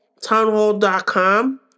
Townhall.com